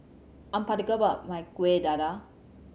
I'm particular about my Kueh Dadar